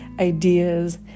ideas